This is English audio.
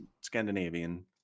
Scandinavian